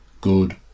good